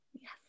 Yes